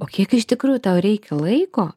o kiek iš tikrųjų tau reikia laiko